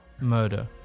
murder